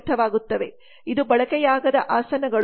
ಇದು ಬಳಕೆಯಾಗದ ಆಸನಗಳು